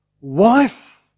wife